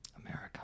America